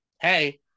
hey